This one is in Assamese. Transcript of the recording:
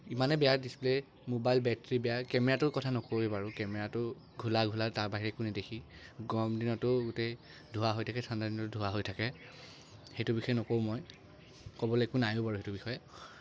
ইমানেই বেয়া ডিছপ্লে' মোবাইল বেটেৰি বেয়া কেমেৰাটোৰ কথা নকওঁৱে বাৰু কেমেৰাটো ঘোলা ঘোলা তাৰ বাহিৰে একো নেদেখি গৰম দিনতো গোটেই ধোঁৱা হৈ থাকে ঠাণ্ডা দিনতো ধোঁৱা হৈ থাকে সেইটোৰ বিষয়ে নকওঁ মই ক'বলৈ একো নায়ো বাৰু সেইটোৰ বিষয়ে